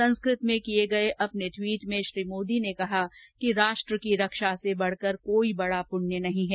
संस्कृत में अपने ट्वीट में श्री मोदी ने कहा कि राष्ट्र की रक्षा से बढ़ कर कोई बड़ा पृण्य नहीं है